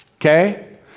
Okay